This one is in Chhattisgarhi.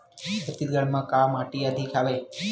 छत्तीसगढ़ म का माटी अधिक हवे?